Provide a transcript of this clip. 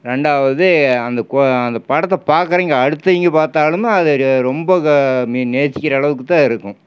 ரெண்டாவது அந்த கொ அந்த படத்தை பார்க்கறவங்க அடுத்தவங்க பார்த்தாலும் அது ரொம்ப நே நேசிக்கிற அளவுக்குதான் இருக்கும்